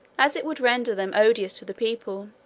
as it would render them odious to the people,